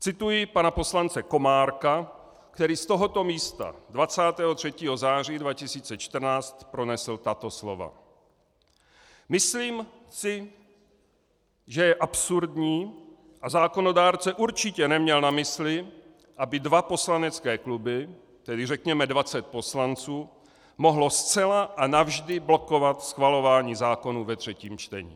Cituji pana poslance Komárka, který z tohoto místa 23. září 2014 pronesl tato slova: Myslím si, že je absurdní a zákonodárce určitě neměl na mysli, aby dva poslanecké kluby, tedy řekněme 20 poslanců, mohly zcela a navždy blokovat schvalování zákonů ve třetím čtení.